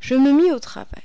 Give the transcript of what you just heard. je me mis au travail